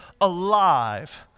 alive